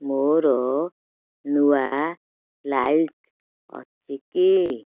ମୋର ନୂଆ ଲାଇକ୍ ଅଛି କି